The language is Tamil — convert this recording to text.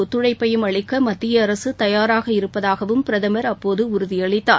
ஒத்துழைப்பையும் அளிக்க மத்திய அரசு தயாராக இருப்பதாகவும் பிரதமர் அப்போது உறுதியளித்தார்